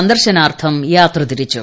സന്ദർശനാർത്ഥം യാത്ര തിരിച്ചു